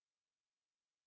hi hi